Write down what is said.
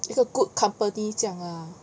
一个 good company 这样 lah